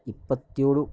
ಇಪ್ಪತ್ತೇಳು